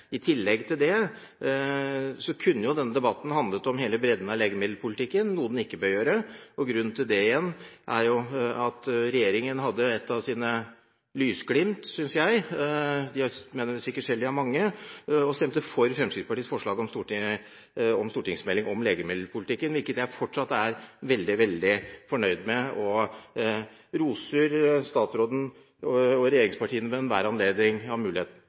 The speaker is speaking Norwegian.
I tillegg kunne denne debatten handlet om hele bredden av legemiddelpolitikken, noe den ikke bør gjøre. Grunnen til det er at regjeringen hadde et av sine lysglimt, synes jeg – de mener sikkert selv de har mange – og stemte for Fremskrittspartiets forslag om en stortingsmelding om legemiddelpolitikken, hvilket jeg fortsatt er veldig fornøyd med. Og jeg roser statsråden og regjeringspartiene hver gang jeg har mulighet